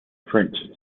french